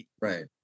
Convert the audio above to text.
Right